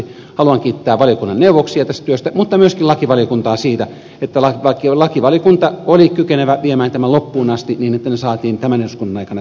haluan kiittää valiokunnan neuvoksia tästä työstä mutta myöskin lakivaliokuntaa siitä että lakivaliokunta oli kykenevä viemään tämän loppuun asti niin että tämä saatiin tämän eduskunnan aikana tänne käsiteltäväksi